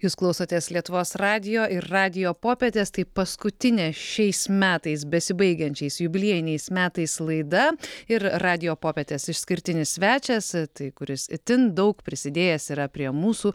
jūs klausotės lietuvos radijo ir radijo popietės tai paskutinė šiais metais besibaigiančiais jubiliejiniais metais laida ir radijo popietės išskirtinis svečias kuris itin daug prisidėjęs yra prie mūsų